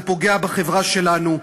זה פוגע בחברה שלנו.